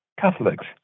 Catholics